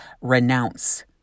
renounce